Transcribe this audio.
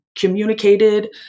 communicated